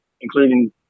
including